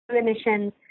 emissions